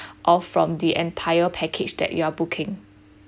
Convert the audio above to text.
off from the entire package that you are booking